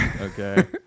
Okay